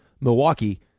Milwaukee